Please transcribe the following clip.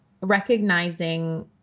recognizing